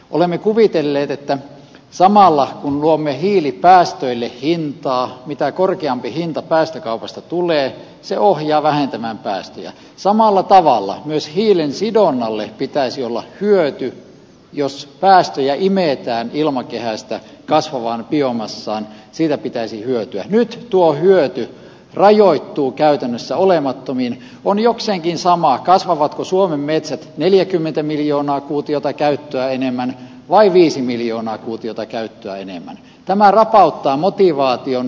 olemme kuvitelleet että samalla kun luomme hiilipäästöille hintaa mitä korkeampi hinta päästökaupasta tulee se ohjaa vähentämään päästöjä samalla tavalla myös hiljensi donnalle pitäisi olla hyötyy jos päästöjä imetään ilmakehästä kasvavaan biomassaan siitä pitäisi hyötyä tuo hyöty rajoittuu käytännössä olemattomiin on jokseenkin sama kasvavatko suomen metsät neljäkymmentä miljoonaa kuutiota käyttöä enemmän vai viisi miljoonaa kuutiota käyttöä enemmän tämä rapauttaa motivaation